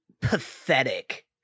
pathetic